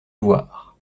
voir